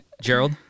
gerald